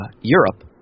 Europe